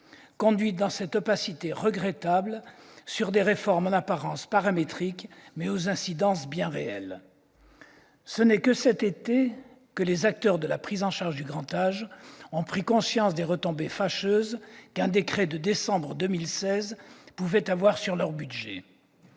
conduite dans une opacité regrettable s'agissant de mesures en apparence paramétriques, mais aux incidences bien réelles. Ce n'est que cet été que les acteurs de la prise en charge du grand âge ont pris conscience des retombées fâcheuses qu'un décret de décembre 2016 pouvait avoir sur leur budget.